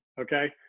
Okay